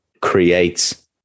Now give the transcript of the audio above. creates